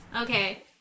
Okay